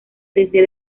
desde